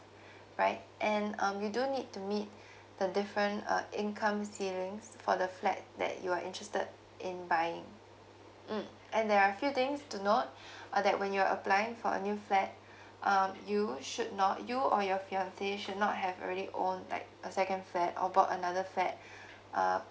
right and um you do need to meet the different uh income ceilings for the flat that you are interested in buying mm and there are a few things to note uh that when you're applying for a new flat um you should not you or your fiancé should not have already own like a second flat or bought another flat uh